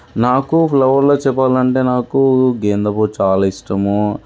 నాకు ఫ్లవర్లో చెప్పాలంటే నాకు గేంద పువ్వు చాలా ఇష్టము